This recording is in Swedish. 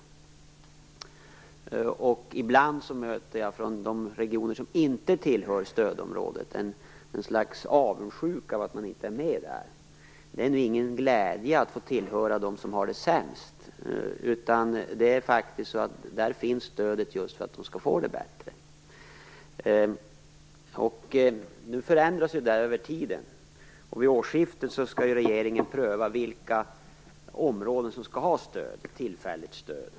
Ibland möter jag ett slags avundsjuka från de regioner som inte tillhör stödområdet över att man inte är med där. Det är ingen glädje att få tillhöra dem som har det sämst. Stödet finns där just för att de skall få det bättre. Nu förändras ju detta över tiden. Vid årsskiftet skall regeringen pröva vilka områden som skall ha tillfälligt stöd.